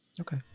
Okay